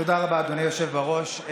תודה רבה, אדוני היושב בראש.